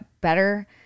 better